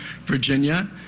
Virginia